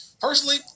Personally